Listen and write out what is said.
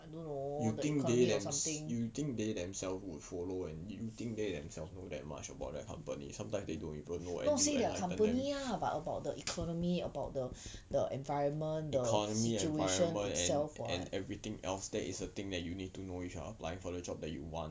I don't know the economy or something not say their company lah but about the economy about the environment the situation itself [what]